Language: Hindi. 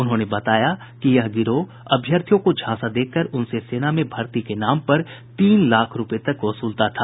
उन्होंने बताया कि यह गिरोह अभ्यर्थियों को झांसा देकर उनसे सेना में भर्ती के नाम पर तीन लाख रूपये तक वसूलता था